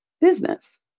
business